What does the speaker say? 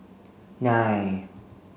nine